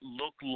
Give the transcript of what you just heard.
look